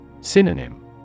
Synonym